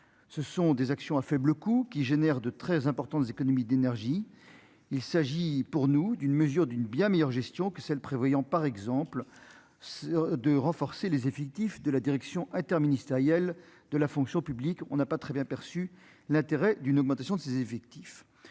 ce sont des actions à faible coût, qui génère de très importantes économies d'énergie, il s'agit pour nous d'une mesure d'une bien meilleure gestion que celle prévoyant par exemple, c'est de renforcer les effectifs de la Direction interministérielle de la fonction publique, on n'a pas très bien perçu l'intérêt d'une augmentation de ses effectifs,